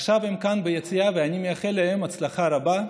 עכשיו הם כאן ביציע, ואני מאחל להם הצלחה רבה.